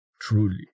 Truly